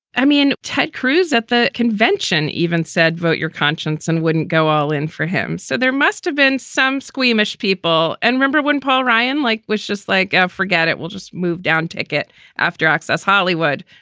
i mean, ted cruz at the convention even said vote your conscience and wouldn't go all in for him. said there must have been some squeamish people. and remember when paul ryan like bush, just like, ah forget it. we'll just move down ticket after access hollywood,